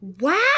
Wow